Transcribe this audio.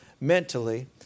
mentally